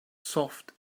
soft